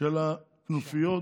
של הכנופיות